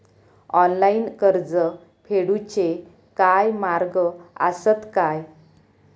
Online कर्ज फेडूचे काय मार्ग आसत काय?